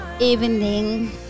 evening